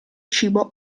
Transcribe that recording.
cibo